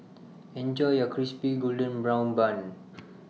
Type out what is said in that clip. Enjoy your Crispy Golden Brown Bun